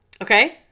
Okay